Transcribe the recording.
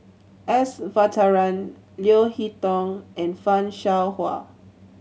S Varathan Leo Hee Tong and Fan Shao Hua